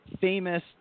famous